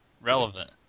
Relevant